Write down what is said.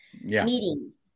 meetings